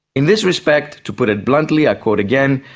in this respect, to put it bluntly, i quote again,